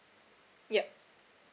yup